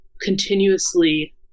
continuously